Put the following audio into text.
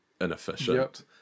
inefficient